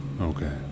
Okay